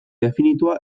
definitua